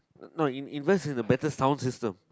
no in~ invest is the better sound system